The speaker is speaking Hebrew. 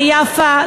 ליפה,